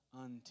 unto